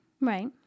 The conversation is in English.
Right